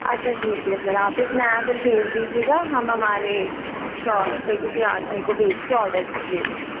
अच्छा ठीक है फिर आप एक नया बिल भेज दीजिएगा हम हमारे शॉप से किसी आदमी को भेज कर ऑर्डर ले लेंगे